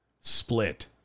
split